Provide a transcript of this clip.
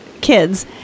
kids